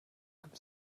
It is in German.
gibt